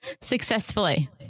successfully